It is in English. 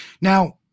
Now